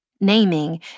Naming